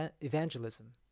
evangelism